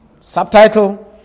Subtitle